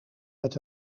met